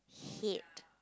hate